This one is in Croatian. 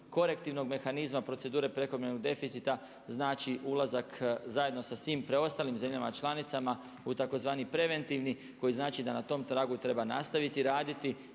korektivnog mehanizma, procedure prekomjernog deficita znači ulazak zajedno sa svim preostalim zemljama članicama u tzv. preventivni koji znači da na tom tragu treba nastaviti raditi.